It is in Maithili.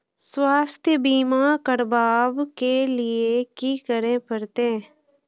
स्वास्थ्य बीमा करबाब के लीये की करै परतै?